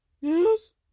Yes